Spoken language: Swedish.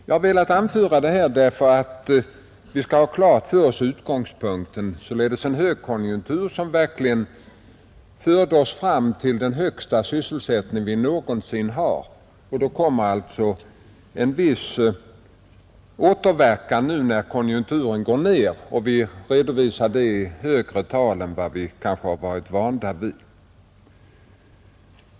Jag har velat anföra detta, därför att vi skall ha klart för oss utgångspunkten, således en konjunktur som verkligen förde oss fram till den högsta sysselsättning vi någonsin har haft. Då kommer alltså en viss återverkan nu när konjunkturen går ned, och vi redovisar detta i högre tal än vad vi kanske har varit vana vid.